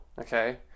okay